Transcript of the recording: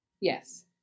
Yes